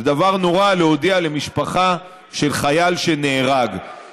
זה דבר נורא להודיע למשפחה של חייל שנהרג,